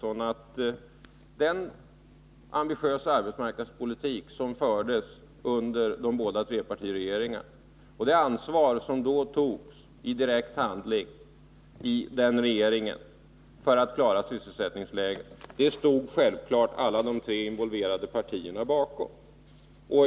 Herr talman! Men det är ändå så, Ingemar Eliasson, att den ambitiösa arbetsmarknadspolitik som fördes under de båda trepartiregeringarna, och det ansvar som då togs i direkt handling i dessa regeringar för att klara sysselsättningsläget, stod självfallet alla de tre involverade partierna bakom.